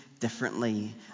differently